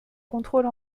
contrôle